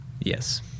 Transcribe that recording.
Yes